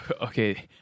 Okay